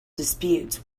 disputes